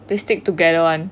they stick together [one]